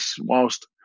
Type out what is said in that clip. whilst